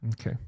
Okay